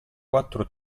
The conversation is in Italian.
quattro